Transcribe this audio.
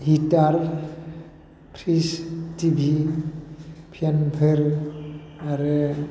heater fridge T V फेनफोर आरो